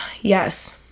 yes